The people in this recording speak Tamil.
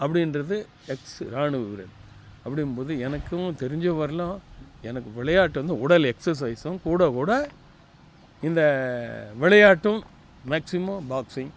அப்படின்றது எக்ஸ் ராணுவ வீரன் அப்படிங்கும் போது எனக்கும் தெரிஞ்சவரையிலும் எனக்கு விளையாட்டு வந்து உடல் எக்ஸர்சைஸும் கூட கூட இந்த விளையாட்டும் மேக்சிமம் பாக்சிங்